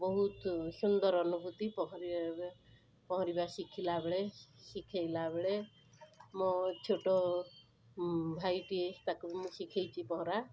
ବହୁତ ସୁନ୍ଦର ଅନୁଭୂତି ପହଁରିବା ପହଁରିବା ଶିଖିଲା ବେଳେ ଶିଖାଇଲା ବେଳେ ମୋ ଛୋଟ ଭାଇଟିଏ ତାକୁ ମୁଁ ଶିଖାଇଛି ପହଁରା